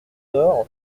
door